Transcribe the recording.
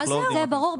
זה ברור.